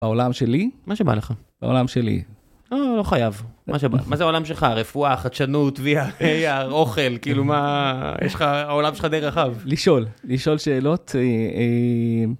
העולם שלי מה שבא לך העולם שלי. לא חייב מה זה עולם שלך רפואה חדשנות ויער אוכל כאילו מה יש לך העולם שלך די רחב לשאול לשאול שאלות.